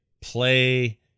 play